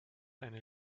eine